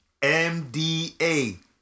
MDA